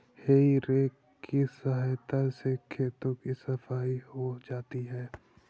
हेइ रेक की सहायता से खेतों की सफाई हो जाती है